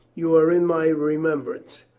you are in my remembrance.